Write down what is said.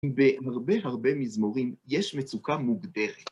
בהרבה הרבה מזמורים יש מצוקה מוגדרת.